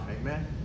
amen